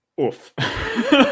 oof